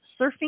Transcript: surfing